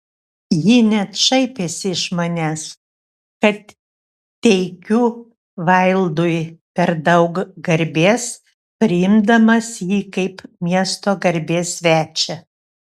ji net šaipėsi iš manęs kad teikiu vaildui per daug garbės priimdamas jį kaip miesto garbės svečią